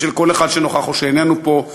ושל כל אחד שנוכח או שאיננו פה,